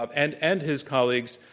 um and and his colleagues,